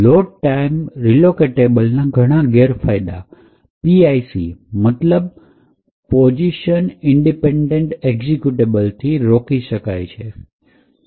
load time relocatable ના ઘણા બધા ગેરફાયદા PIC મતલબ પોઝિશન ઈન્ડિપેન્ડેન્ટ એક્ઝિકયુટેબલથી રોકી શકાય છે